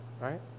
right